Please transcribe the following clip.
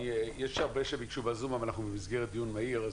יש הרבה בזום שביקשו לדבר אבל אנחנו במסגרת דיון מהיר,